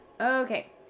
Okay